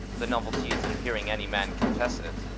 the novelty is in hearing any man confess it.